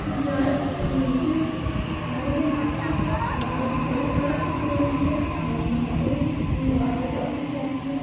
நான் அதுக்கப்புறம் வந்து வாடகை வீட்லேயே இருந்தோம் வாடகையே எங்களால கொடுக்கவே முடியாது எங்கள் அப்பா அம்மா வெளியே அவங்க வாடகை வந்து கேட்பாங்க